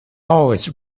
always